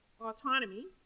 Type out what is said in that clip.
autonomy